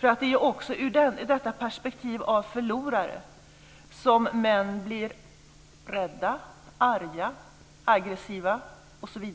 Det är ju ur detta perspektiv som förlorare som män blir rädda, arga, aggressiva osv.